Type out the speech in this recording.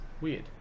Weird